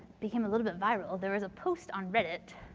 became a little bit viral, there was a post on reddit.